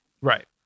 Right